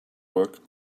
work